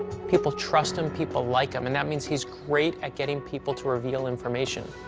people trust him. people like him, and that means he's great at getting people to reveal information.